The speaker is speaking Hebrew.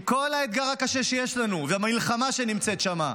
עם כל האתגר הקשה שיש לנו והמלחמה שנמצאת שם,